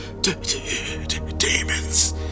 Demons